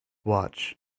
watch